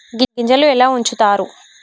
గింజలు ఎలా ఉంచుతారు?